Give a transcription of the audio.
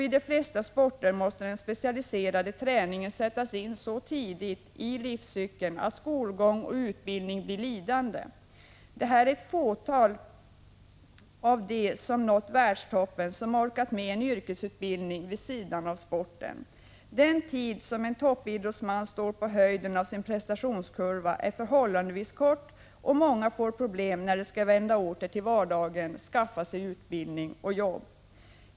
I de flesta sportgrenar måste den specialiserade träningen sättas in så tidigt i livscykeln att skolgång och utbildning blir lidande. Det är ett fåtal av dem som nått världstoppen som orkat med en yrkesutbildning vid sidan av sporten. Den tid som en toppidrottsman står på höjden av sin prestationskurva är förhållandevis kort, och många får problem när de skall återvända till vardagen och skaffa sig utbildning och arbete.